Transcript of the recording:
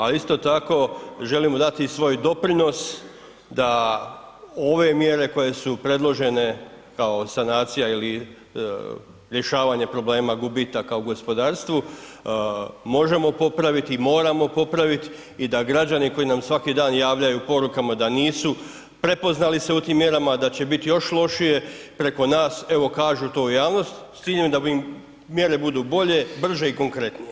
Ali isto tako želimo dati i svoj doprinos da ove mjere koje su predložene kao sanacija ili rješavanje problema gubitaka u gospodarstvu možemo popravit i moramo popravit i da građani koji nam svaki dan javljaju porukama da nisu prepoznali se u tim mjerama, da će bit još lošije, preko nas evo kažu to u javnost s time da im mjere budu bolje, brže i konkretnije.